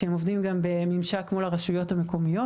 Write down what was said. שהם עובדים גם בממשק מול הרשויות המקומיות.